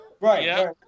right